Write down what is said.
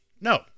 No